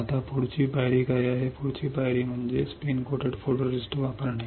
आता एकदा तुम्ही पुढची पायरी काय आहे पुढील पायरी म्हणजे स्पिन कोट फोटोरिस्टिस्ट वापरणे